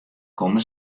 komme